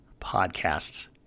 podcasts